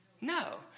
No